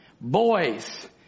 Boys